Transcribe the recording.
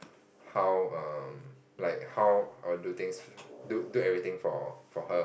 how um like how I will do things do do everything for for her